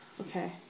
Okay